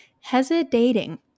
hesitating